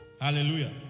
Hallelujah